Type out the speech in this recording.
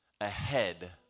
ahead